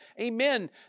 Amen